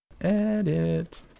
Edit